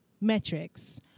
metrics